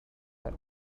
what